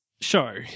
show